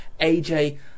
AJ